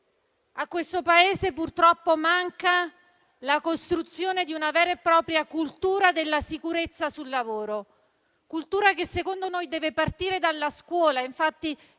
a questo Paese, purtroppo, manca la costruzione di una vera e propria cultura della sicurezza sul lavoro, che secondo noi deve partire dalla scuola.